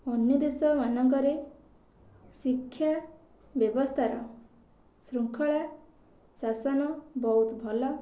ଅନ୍ୟ ଦେଶ ମାନଙ୍କରେ ଶିକ୍ଷା ବ୍ୟବସ୍ଥା ଶୃଙ୍ଖଳା ଶାସନ ବହୁତ୍ ଭଲ